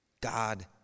God